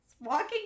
Walking